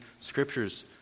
scriptures